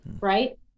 right